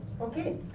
Okay